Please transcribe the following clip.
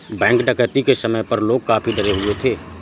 bank डकैती के समय पर लोग काफी डरे हुए थे